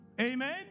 Amen